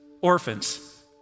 orphans